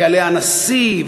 ויעלה הנשיא,